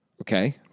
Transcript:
Okay